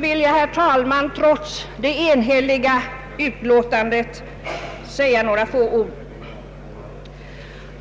vill jag, herr talman, trots det enhälliga utlåtandet säga några få ord som motionär.